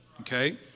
Okay